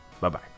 Bye-bye